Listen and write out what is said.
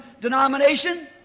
denomination